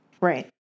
Right